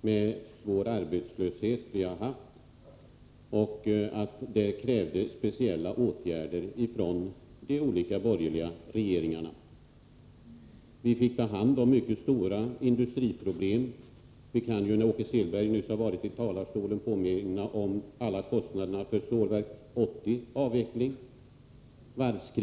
med en stor arbetslöshet och att detta krävde speciella åtgärder från de olika borgerliga regeringarnas sida. De fick ta hand om mycket stora industriproblem. Eftersom Åke Selberg nyss har varit uppe i talarstolen kan jag ju påminna om alla kostnader för varvskriser och avvecklingen av Stålverk 80.